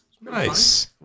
Nice